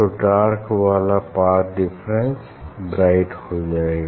तो डार्क वाला path difference bright का हो जाएगा